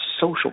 social